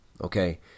Okay